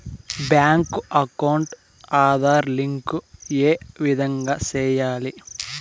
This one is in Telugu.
బ్యాంకు అకౌంట్ ఆధార్ లింకు ఏ విధంగా సెయ్యాలి?